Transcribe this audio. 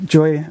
Joy